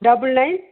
double nine